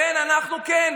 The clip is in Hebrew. כן,